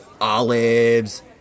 olives